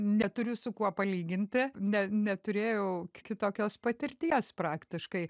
neturiu su kuo palyginti ne neturėjau kitokios patirties praktiškai